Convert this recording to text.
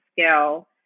scale